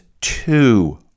two